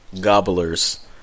gobblers